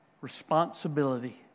responsibility